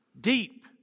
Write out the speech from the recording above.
deep